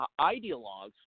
ideologues